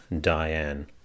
Diane